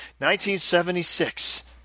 1976